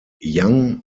yang